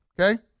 okay